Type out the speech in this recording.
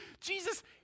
Jesus